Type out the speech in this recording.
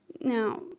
Now